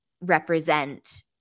represent